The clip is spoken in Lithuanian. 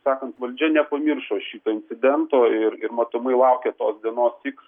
sakant valdžia nepamiršo šito incidento ir ir matomai laukė tos dienos tik